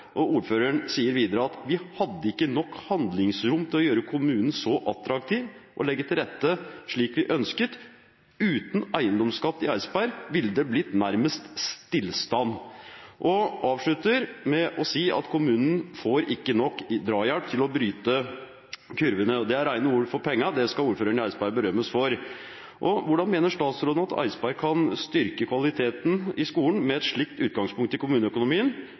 Og ordføreren sier videre: «Vi hadde ikke nok handlingsrom til å gjøre kommunen så attraktiv og legge slik til rette for vekst som vi ønsket. Uten eiendomsskatt ville det nærmest blitt stillstand.» Han avslutter med å si at kommunen ikke får nok drahjelp til å bryte kurvene. Det er rene ord for pengene, det skal ordføreren i Eidsberg berømmes for. Hvordan mener statsråden at Eidsberg kan styrke kvaliteten i skolen med et slikt utgangspunkt i kommuneøkonomien?